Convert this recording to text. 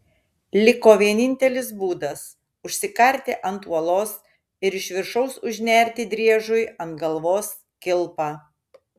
liko vienintelis būdas užsikarti ant uolos ir iš viršaus užnerti driežui ant galvos kilpą